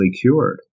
cured